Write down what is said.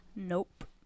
nope